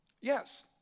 Yes